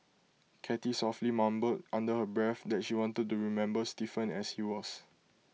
cathy softly muttered under her breath that she wanted to remember Stephen as he was